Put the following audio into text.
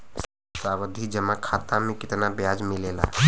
सावधि जमा खाता मे कितना ब्याज मिले ला?